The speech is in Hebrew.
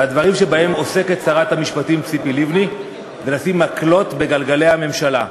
והדברים שבהם עוסקת שרת המשפטים ציפי לבני הם לשים מקלות בגלגלי הממשלה.